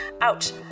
out